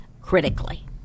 critically